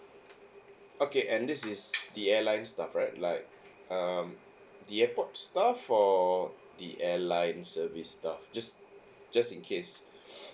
okay and this is the airline staff right like um the airport staff or the airline service staff just just in case